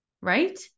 right